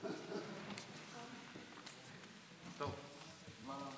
בעד.